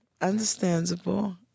Understandable